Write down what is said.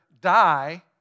die